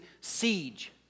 siege